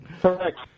Correct